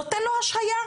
נותן לו השהייה,